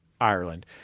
Ireland